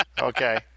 Okay